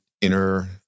inner